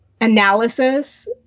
analysis